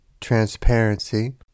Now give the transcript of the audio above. transparency